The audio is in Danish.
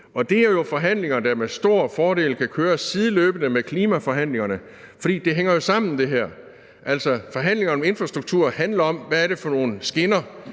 Det er jo forhandlinger, der med stor fordel kan køres sideløbende med klimaforhandlingerne, for det her hænger jo sammen. Forhandlinger om infrastruktur handler om, hvad det er for nogle skinner,